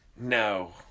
No